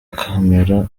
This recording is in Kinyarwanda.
camera